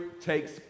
takes